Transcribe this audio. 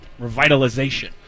revitalization